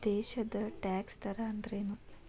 ದೇಶದ್ ಟ್ಯಾಕ್ಸ್ ದರ ಅಂದ್ರೇನು?